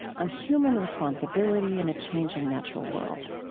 on human responsibility in a changing natural world.